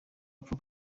apfa